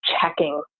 checking